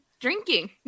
drinking